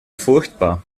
furchtbar